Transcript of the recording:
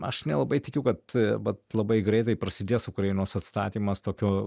aš nelabai tikiu kad bvat labai greitai prasidės ukrainos atstatymas tokio